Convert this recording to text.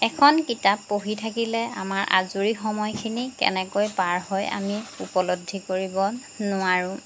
এখন কিতাপ পঢ়ি থাকিলে আমাৰ আজৰি সময়খিনি কেনেকৈ পাৰ হয় আমি উপলব্ধি কৰিব নোৱাৰোঁ